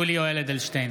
יולי יואל אדלשטיין,